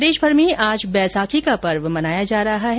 प्रदेशभर में आज वैसाखी का पर्व मनाया जा रहा है